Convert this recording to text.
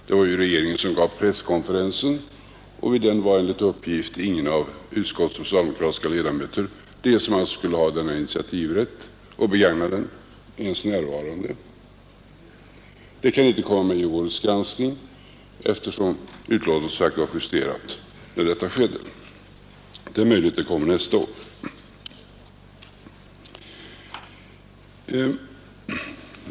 Det var ju regeringen som höll presskonferensen, och vid den var enligt uppgift ingen av utskottets socialdemokratiska ledamöter — de som alltså skulle ha denna initiativ rätt och utnyttja den — ens närvarande. Detta kan inte komma med i årets granskning, eftersom betänkandet som sagt var justerat när det skedde. Det är möjligt att det kommer nästa år.